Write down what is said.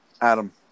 Adam